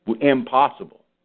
Impossible